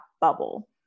bubble